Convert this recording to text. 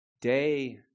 day